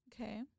Okay